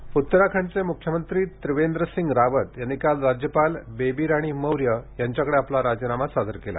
राजीनामा उत्तराखंडचे मुख्यमंत्री त्रिवेंद्रसिंग रावत यांनी काल राज्यपाल बेबी राणी मौर्य यांच्याकडे आपला राजीनामा सादर केला